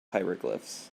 hieroglyphics